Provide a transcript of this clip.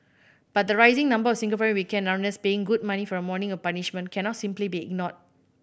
but the rising number of Singaporean weekend runners paying good money for a morning of punishment cannot simply be ignored